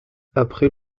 après